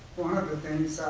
one of the things,